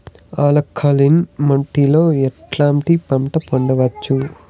Alkaline మట్టి లో ఎట్లాంటి పంట పండించవచ్చు,?